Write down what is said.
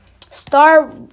star